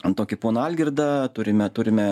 ant tokį poną algirdą turime turime